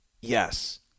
Yes